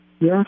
Yes